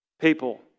people